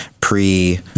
pre